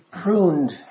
pruned